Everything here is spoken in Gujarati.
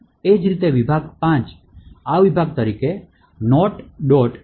એ જ રીતે વિભાગ 5 આ વિભાગ તરીકે